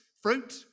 Fruit